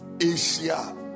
Asia